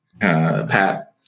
Pat